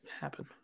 happen